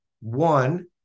one